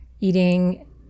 Eating